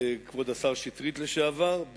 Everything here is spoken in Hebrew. כבוד השר לשעבר שטרית,